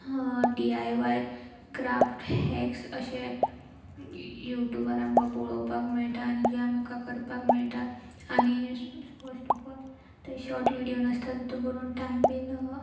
D I Y craft hacks अशे यूट्युबार आमकां पळोवपाक मेळटा आनी जे आमकां करपाक मेळटा आनी फस्ट ऑफ ऑल ते शॉर्ट विडियो नासता तितून करून टायम बीन